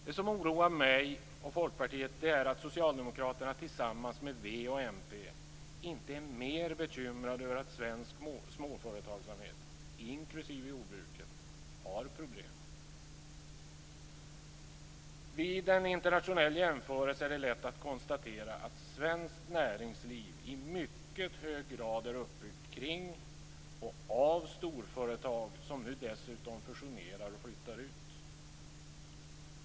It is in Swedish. Det som oroar mig och Folkpartiet är att Socialdemokraterna tillsammans med v och mp inte är mer bekymrade över att svensk småföretagsamhet, inklusive jordbruket, har problem. Vid en internationell jämförelse är det lätt att konstatera att svenskt näringsliv i mycket hög grad är uppbyggt kring och av storföretag, som nu dessutom fusionerar och flyttar ut.